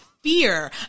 fear